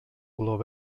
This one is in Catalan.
colors